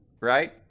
Right